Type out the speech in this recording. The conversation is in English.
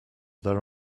their